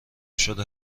شده